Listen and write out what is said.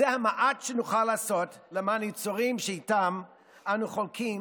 שר הבריאות יעלה ויבוא, אם הוא רוצה.